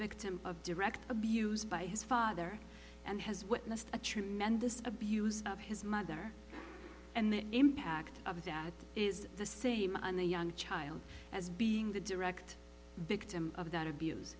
victim of direct abuse by his father and has witnessed a tremendous abuse of his mother and the impact of that is the same on the young child as being the direct victim of that abuse